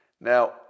Now